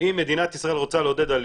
אם מדינת ישראל